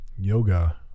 yoga